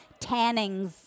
tannings